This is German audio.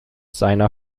seiner